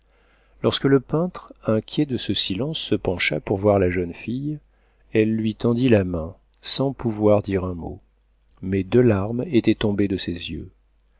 lorsque le peintre inquiet de ce silence se pencha pour voir la jeune fille elle lui tendit la main sans pouvoir dire un mot mais deux larmes étaient tombées de ses yeux